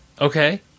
Okay